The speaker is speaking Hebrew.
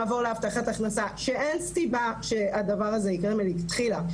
לעבור להבטחת הכנסה שאין סיבה שהדבר הזה ייקרה מלכתחילה,